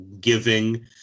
giving